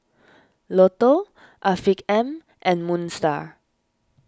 Lotto Afiq M and Moon Star